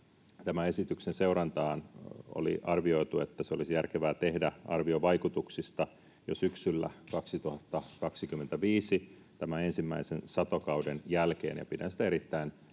tämän esityksen seurannasta oli arvioitu, että olisi järkevää tehdä arvio vaikutuksista jo syksyllä 2025 tämän ensimmäisen satokauden jälkeen.